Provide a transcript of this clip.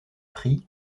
prix